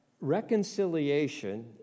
Reconciliation